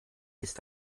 ist